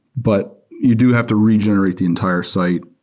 but you do have to regenerate the entire site.